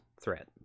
threat